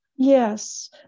Yes